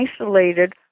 isolated